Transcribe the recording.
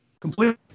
Completely